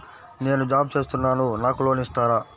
నేను జాబ్ చేస్తున్నాను నాకు లోన్ ఇస్తారా?